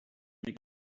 make